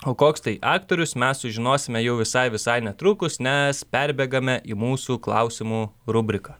o koks tai aktorius mes sužinosime jau visai visai netrukus nes perbėgame į mūsų klausimų rubriką